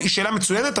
היא שאלה מצוינת,